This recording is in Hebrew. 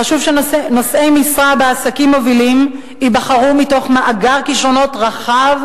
חשוב שנושאי משרה בעסקים מובילים ייבחרו מתוך מאגר כשרונות רחב